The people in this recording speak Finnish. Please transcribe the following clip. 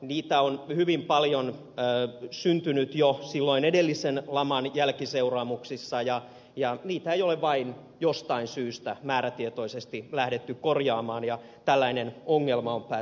niitä on hyvin paljon syntynyt jo silloin edellisen laman jälkiseuraamuksissa ja niitä ei ole vain jostain syystä määrätietoisesti lähdetty korjaamaan ja tällainen ongelma on päässyt syntymään